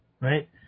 right